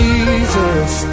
Jesus